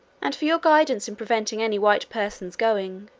and for your guidance in preventing any white persons going,